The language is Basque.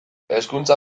hezkuntza